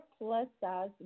plus-size